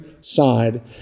side